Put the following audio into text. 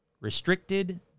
restricted